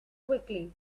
quickly